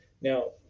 Now